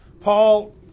Paul